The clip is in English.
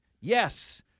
Yes